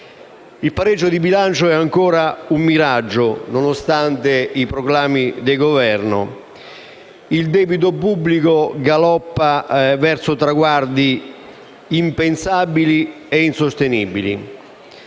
Il pareggio di bilancio è ancora un miraggio, nonostante i proclami del Governo, e il debito pubblico galoppa verso traguardi impensabili e insostenibili.